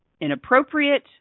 inappropriate